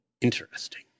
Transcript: interesting